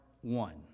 one